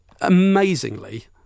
amazingly